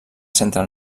centre